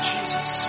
Jesus